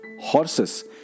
horses